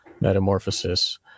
Metamorphosis